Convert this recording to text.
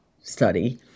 study